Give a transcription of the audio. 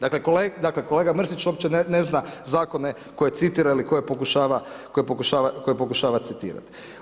Dakle, kolega Mrsić uopće ne zna zakone koje citira ili koje pokušava citirati.